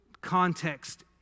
context